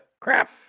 Crap